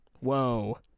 Whoa